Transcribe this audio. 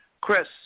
chris